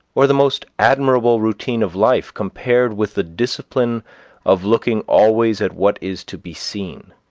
or the most admirable routine of life, compared with the discipline of looking always at what is to be seen?